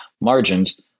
margins